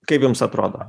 kaip jums atrodo